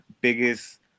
biggest